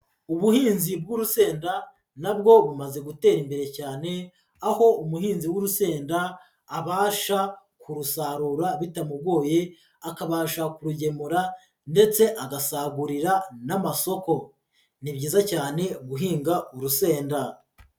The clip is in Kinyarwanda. Ubuhinzi bw'urusenda na bwo bumaze gutera imbere cyane, aho umuhinzi w'urusenda abasha kurusarura bitamugoye, akabasha kurugemura ndetse agasagurira n'amasoko. Ni byiza cyane guhinga urusenda.